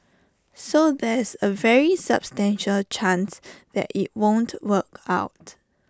so there's A very substantial chance that IT won't work out